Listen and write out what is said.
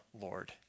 Lord